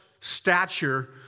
stature